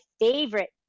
favorite